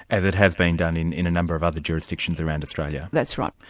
as it has been done in in a number of other jurisdictions around australia. that's right.